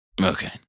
Okay